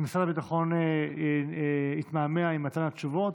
ומשרד הביטחון התמהמה עם מתן התשובות.